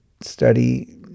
study